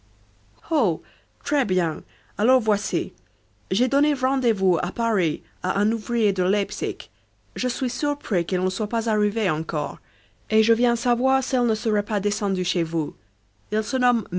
très bien alors voici j'ai donné rendez-vous à paris à un ouvrier de leipzig je suis surpris qu'il ne soit pas arrivé encore et je viens savoir s'il ne serait pas descendu chez vous